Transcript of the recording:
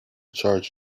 charge